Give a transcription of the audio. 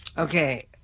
Okay